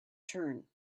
turn